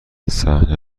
صحنه